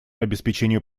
обеспечению